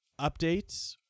updates